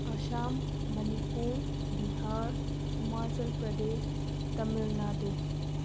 Assam Manipur Bihar Himachal Pradesh Tamil Nadu